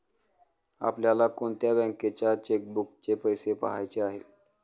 आपल्याला कोणत्या बँकेच्या चेकबुकचे पैसे पहायचे आहे?